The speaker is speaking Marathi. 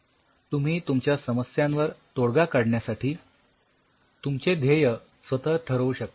तुम्ही तुमच्या समस्यांवर तोडगा काढण्यासाठी तुमचे ध्येय स्वतः ठरवू शकता